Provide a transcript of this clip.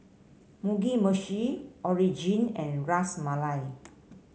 Mugi Meshi Onigiri and Ras Malai